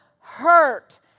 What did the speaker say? hurt